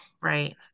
right